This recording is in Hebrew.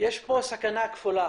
הסכנה כפולה